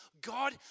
God